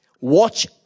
watch